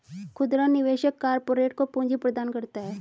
खुदरा निवेशक कारपोरेट को पूंजी प्रदान करता है